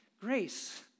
grace